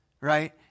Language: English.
right